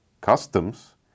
customs